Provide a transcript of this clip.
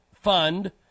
fund